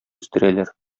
үстерәләр